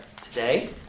today